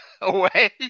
away